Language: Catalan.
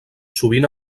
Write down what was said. sovint